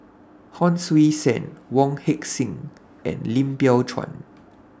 Hon Sui Sen Wong Heck Sing and Lim Biow Chuan